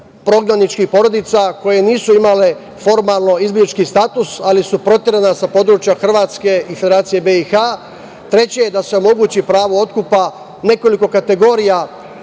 prognaničkih porodica koje nisu imale formalno izbeglički status, ali su proterana sa područja Hrvatske i Federacije BiH.Treće je da se omogući pravo otkupa nekoliko kategorija